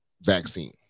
vaccine